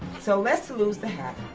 so let's lose the hat,